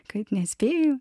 kad nespėju